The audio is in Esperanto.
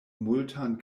multan